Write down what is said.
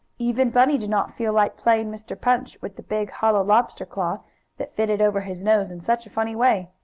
even bunny did not feel like playing mr. punch with the big hollow lobster claw that fitted over his nose in such a funny way.